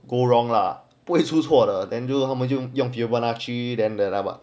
go wrong lah 不会出错了 then 就他们就用 fibonacci than that lah but